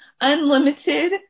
unlimited